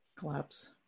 Collapse